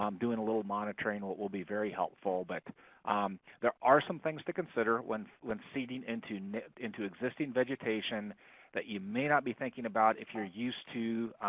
um doing a little monitoring will be very helpful. but there are some things to consider when when seeding into into existing vegetation that you may not be thinking about if you're used to